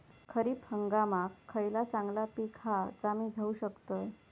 खरीप हंगामाक खयला चांगला पीक हा जा मी घेऊ शकतय?